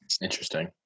Interesting